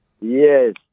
Yes